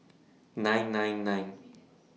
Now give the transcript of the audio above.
nine nine nine